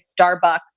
Starbucks